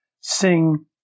sing